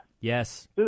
Yes